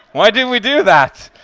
why do we do that?